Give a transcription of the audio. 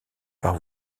par